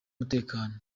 umutekano